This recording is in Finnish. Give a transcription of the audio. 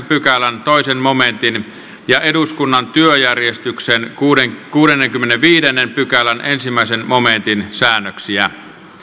pykälän toisen momentin ja eduskunnan työjärjestyksen kuudennenkymmenennenviidennen pykälän ensimmäisen momentin säännöksiä